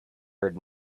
heard